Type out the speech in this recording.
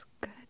good